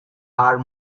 are